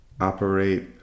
operate